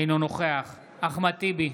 אינו נוכח אחמד טיבי,